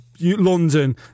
London